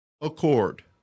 accord